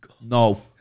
No